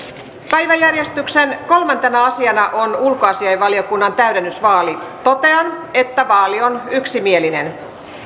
päiväjärjestyksen kolmantena asiana on ulkoasiainvaliokunnan täydennysvaali totean että vaali on yksimielinen